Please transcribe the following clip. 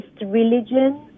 religion